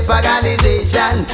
organization